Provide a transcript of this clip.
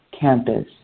campus